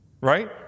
right